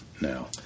now